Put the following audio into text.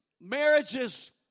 marriages